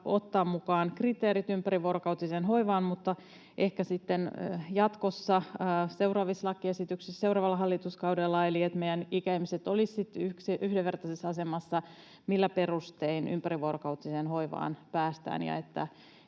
ottaa mukaan kriteerit ympärivuorokautiseen hoivaan, mutta ehkä sitten jatkossa seuraavissa lakiesityksissä, seuraavalla hallituskaudella — eli niin, että meidän ikäihmiset olisivat yhdenvertaisessa asemassa siinä, millä perustein ympärivuorokautiseen hoivaan päästään,